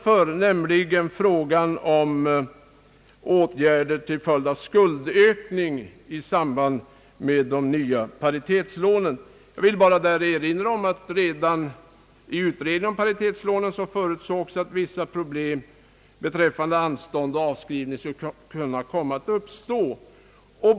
Det gäller frågan om åtgärder till följd av skuldökning i samband med de nya paritetslånen. Jag vill där bara erinra om att redan i utredningen om paritetslånen förutsågs att vissa problem beträffande anstånd och avskrivning skulle kunna komma att uppstå.